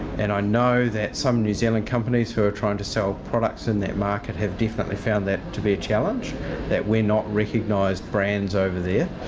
and i know that some new zealand companies who are trying to sell products in that market have definitely found that to be a challenge that we're not recognised brands over there.